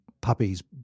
puppies